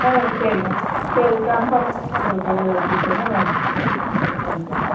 ம் சரிங்க சரி கன்ஃபார்ம் பண்ணிட்டு அப்புறம் கூப்பிடுங்க வாங்கித் வாங்கித்தர்றேன்